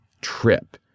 trip